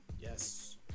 yes